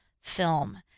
film